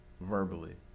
verbally